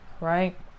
right